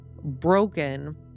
broken